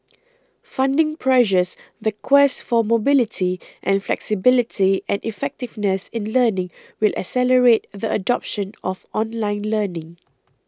funding pressures the quest for mobility and flexibility and effectiveness in learning will accelerate the adoption of online learning